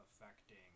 affecting